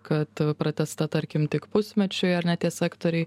kad pratęsta tarkim tik pusmečiui ar ne tie sektoriai